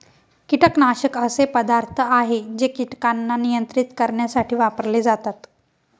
कीटकनाशक असे पदार्थ आहे जे कीटकांना नियंत्रित करण्यासाठी वापरले जातात